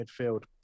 midfield